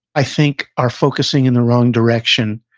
i think, are focusing in the wrong direction,